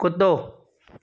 कुत्तो